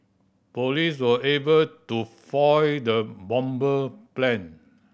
police were able to foil the bomber plan